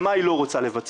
ומה היא לא רוצה לבצע,